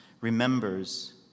remembers